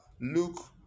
look